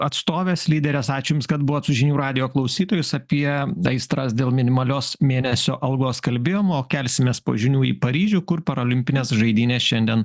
atstovės lyderės ačiū jums kad buvot su žinių radijo klausytojais apie aistras dėl minimalios mėnesio algos kalbėjom o kelsimės po žinių į paryžių kur parolimpinės žaidynės šiandien